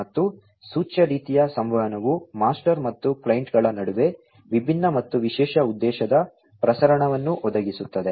ಮತ್ತು ಸೂಚ್ಯ ರೀತಿಯ ಸಂವಹನವು ಮಾಸ್ಟರ್ ಮತ್ತು ಕ್ಲೈಂಟ್ಗಳ ನಡುವೆ ವಿಭಿನ್ನ ಮತ್ತು ವಿಶೇಷ ಉದ್ದೇಶದ ಪ್ರಸರಣವನ್ನು ಒದಗಿಸುತ್ತದೆ